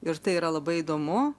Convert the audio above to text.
ir tai yra labai įdomu